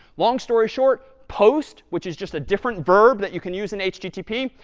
long story short, post, which is just a different verb that you can use in http,